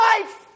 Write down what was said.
life